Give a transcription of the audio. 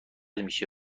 میشه